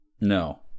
No